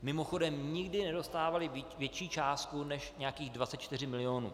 Mimochodem, nikdy nedostávali větší částku než nějakých 24 milionů.